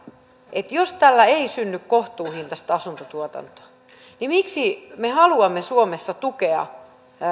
että jos tällä ei synny kohtuuhintaista asuntotuotantoa niin miksi me haluamme suomessa tukea